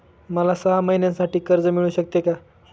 मला सहा महिन्यांसाठी कर्ज मिळू शकते का?